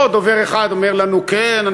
פה דובר אחד אומר לנו: כן,